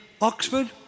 Oxford